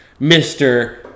Mr